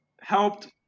helped